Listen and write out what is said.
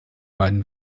beiden